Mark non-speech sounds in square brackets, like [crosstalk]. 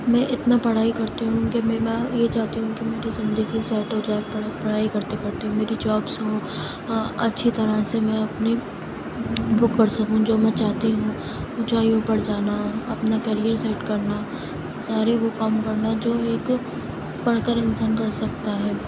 میں اتنا پڑھائی کرتی ہوں کہ میں [unintelligible] یہ چاہتی ہوں کہ میری زندگی سیٹ ہو جائے پڑھائی کرتے کرتے میری جابس ہو اچھی طرح سے میں اپنی بک اور سکون جو میں چاہتی ہوں اونچائیوں پر جانا اپنا کیریئر سیٹ کرنا سارے وہ کام کرنا جو ایک پڑھ کر انسان کر سکتا ہے